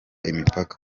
imipaka